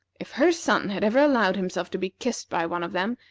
if her son had ever allowed himself to be kissed by one of them,